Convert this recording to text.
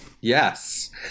yes